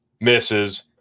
Misses